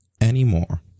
anymore